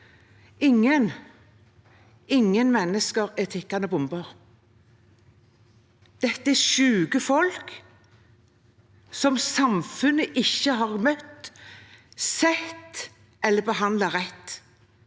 ingen mennesker – er tikkende bomber. Dette er syke folk som samfunnet ikke har møtt, sett eller behandlet rett.